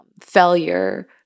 failure